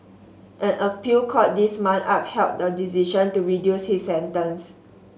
an appeal court this month upheld the decision to reduce his sentence